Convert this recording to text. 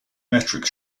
metric